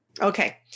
Okay